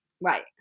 right